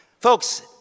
Folks